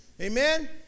Amen